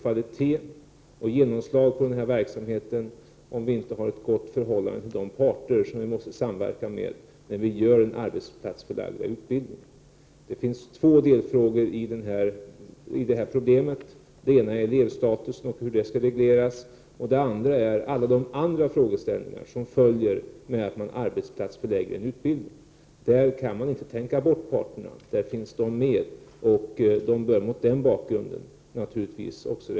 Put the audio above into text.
1988/89:60 verksamhet om vi inte har ett gott förhållande till de parter som vi måste 2 februari 1989 samverka med när vi genomför den ärbetsförlägda utbildningen. Det finns Öm försöksverksärn två delfrågor i detta problem. Den ena frågän är elevstatusen och hur den ä & dä år heten med treåriga yrskall regleras. Den andra frågan är alla de ändra frågeställningar som följer OR ; La Hk 4 é År keslinjer i gymnasiemed att man arbetsplatsförlägger en utbildning. Där kan man inte tärika bort Skol parterna. De bör mot den bakgrunden naturligtvis respekteras.